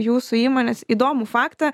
jūsų įmonės įdomų faktą